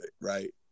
right